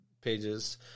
pages